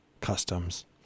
Customs